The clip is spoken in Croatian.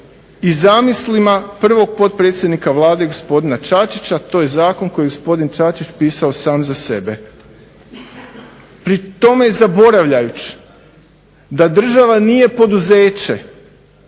i zamislima prvog potpredsjednika Vlade gospodina Čačića, to je zakon koji je gospodin Čačić pisao sam za sebe. Pri tome zaboravljajući da država nije poduzeće,